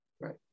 right